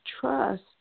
trust